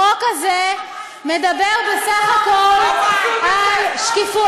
החוק הזה מדבר בסך הכול על שקיפות.